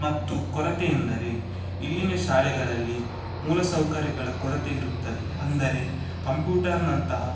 ಮತ್ತು ಕೊರತೆ ಎಂದರೆ ಇಲ್ಲಿನ ಶಾಲೆಗಳಲ್ಲಿ ಮೂಲ ಸೌಕರ್ಯಗಳ ಕೊರತೆ ಇರುತ್ತದೆ ಅಂದರೆ ಕಂಪೂಟರ್ನಂತಹ